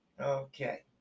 Okay